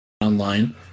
online